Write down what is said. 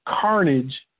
carnage